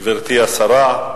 גברתי השרה,